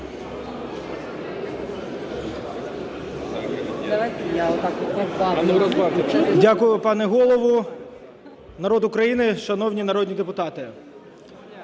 Дякую, пане Голово. Народ України, шановні народні депутати!